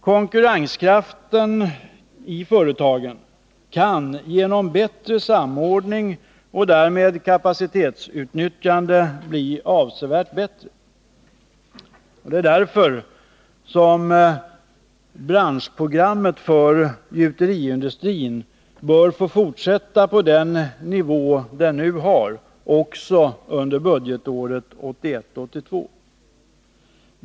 Konkurrenskraften i företagen kan genom bättre samordning och därmed kapacitetsutnyttjande öka avsevärt. Därför bör branschprogrammet för gjuteriindustrin få ligga kvar på den nuvarande nivån också under budgetåret 1981/82.